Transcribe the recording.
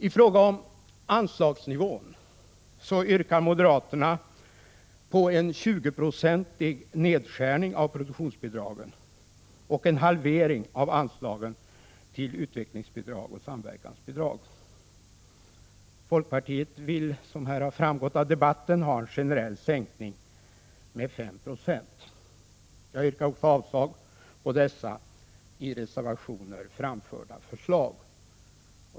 I fråga om anslagsnivån yrkar moderaterna på en 20-procentig nedskärning av produktionsbidragen och en halvering av anslagen till utvecklingsbidrag och samverkansbidrag. Folkpartiet vill, som framgått av debatten, ha en generell sänkning med 5 960. Jag yrkar avslag också på dessa i reservationer framförda förslag.